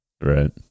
Right